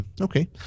Okay